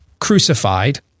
crucified